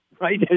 right